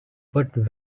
but